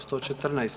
114.